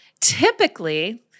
typically